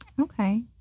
Okay